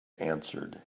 answered